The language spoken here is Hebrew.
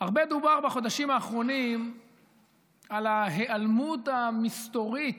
הרבה דובר בחודשים האחרונים על ההיעלמות המסתורית